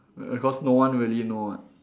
because no one really know [what]